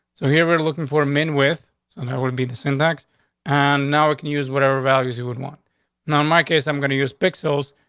so here we're looking for men with on that would be the syntax on. and now we can use whatever values you would want now, in my case, i'm going to use pixels.